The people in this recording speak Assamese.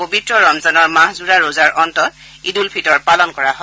পবিত্ৰ ৰমজানৰ মাহজোৰা ৰজাৰ অন্তত ঈদ উল ফিতৰ পালন কৰা হয়